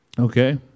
Okay